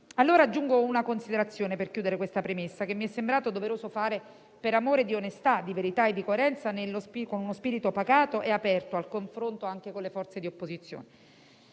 Aggiungo dunque una considerazione, per chiudere questa premessa, che mi è sembrato doveroso fare per amore di onestà, di verità e di coerenza, con uno spirito pacato e aperto al confronto anche con le forze di opposizione.